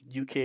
UK